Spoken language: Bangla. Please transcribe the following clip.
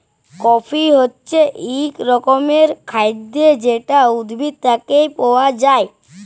কফি হছে ইক রকমের খাইদ্য যেট উদ্ভিদ থ্যাইকে পাউয়া যায়